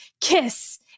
kiss